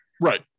Right